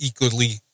equally